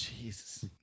Jesus